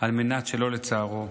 על מנת שלא לצערו.